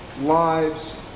lives